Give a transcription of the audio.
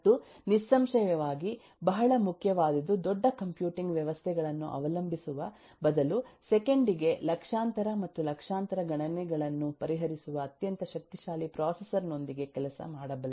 ಮತ್ತು ನಿಸ್ಸಂಶಯವಾಗಿ ಬಹಳ ಮುಖ್ಯವಾದುದು ದೊಡ್ಡ ಕಂಪ್ಯೂಟಿಂಗ್ ವ್ಯವಸ್ಥೆಗಳನ್ನು ಅವಲಂಬಿಸುವ ಬದಲು ಸೆಕೆಂಡಿಗೆ ಲಕ್ಷಾಂತರ ಮತ್ತು ಲಕ್ಷಾಂತರ ಗಣನೆಗಳನ್ನು ಪರಿಹರಿಸುವ ಅತ್ಯಂತ ಶಕ್ತಿಶಾಲಿ ಪ್ರೊಸೆಸರ್ ನೊಂದಿಗೆ ಕೆಲಸ ಮಾಡಬಲ್ಲದು